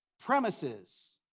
premises